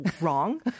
wrong